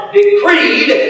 decreed